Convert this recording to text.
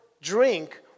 drink